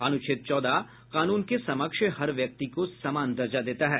अनुच्छेद चौदह कानून के समक्ष हर व्यक्ति को समान दर्जा देता है